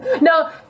No